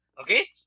okay